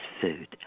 food